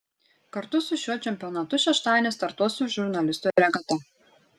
kartu su šiuo čempionatu šeštadienį startuos ir žurnalistų regata